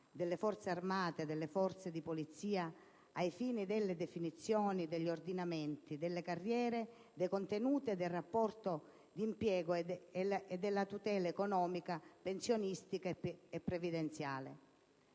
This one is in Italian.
delle Forze armate e delle Forze di polizia ai fini della definizione degli ordinamenti, delle carriere, dei contenuti del rapporto di impiego e della tutela economica, pensionistica e previdenziale,